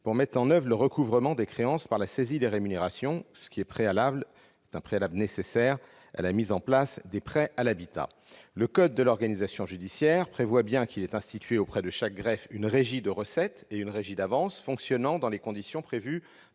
pour mettre en oeuvre le recouvrement des créances par la saisie des rémunérations, préalable nécessaire à la mise en place des prêts à l'habitat. Le code de l'organisation judiciaire prévoit bien qu'il est institué auprès de chaque greffe une régie de recettes et une régie d'avances fonctionnant dans les conditions prévues